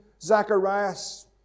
Zacharias